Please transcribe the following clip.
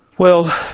well,